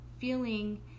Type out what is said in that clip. feeling